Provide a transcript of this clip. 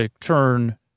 turn